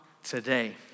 Today